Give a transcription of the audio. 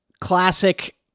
classic